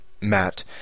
Matt